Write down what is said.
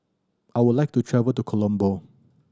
I would like to travel to Colombo